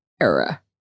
era